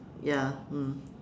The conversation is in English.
ya mm